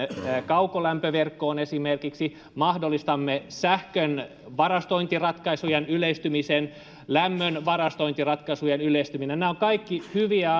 kaukolämpöverkkoon mahdollistamme sähkön varastointiratkaisujen yleistymisen lämmön varastointiratkaisujen yleistymisen nämä ovat kaikki hyviä